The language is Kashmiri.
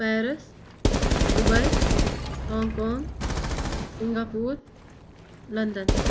Paris Dubai Hong Kong Singapore London